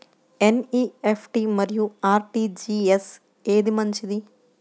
NEFT మరియు RTGS ఏది మంచిది?